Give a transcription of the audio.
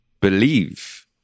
believe